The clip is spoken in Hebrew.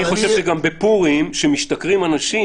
אני חושב שגם בפורים כשמשתכרים אנשים,